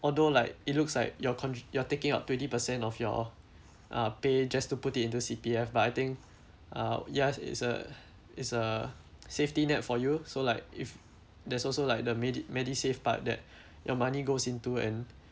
although like it looks like your con~ you are taking up twenty percent of your uh pay just to put it into C_P_F but I think uh yes it's a it's a safety net for you so like if there's also like the medi~ medisave part that your money goes into and